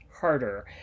harder